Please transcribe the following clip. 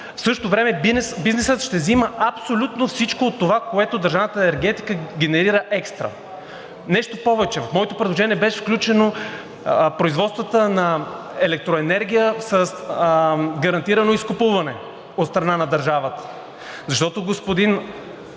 в същото време бизнесът ще взима абсолютно всичко от това, което държавната енергетика генерира като екстра. Нещо повече, в моето предложение бяха включени производствата на електроенергия с гарантирано изкупуване от страна на държавата. Защото, господин